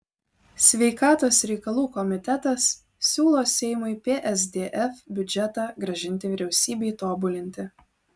sveikatos reikalų komitetas siūlo seimui psdf biudžetą grąžinti vyriausybei tobulinti